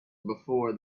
before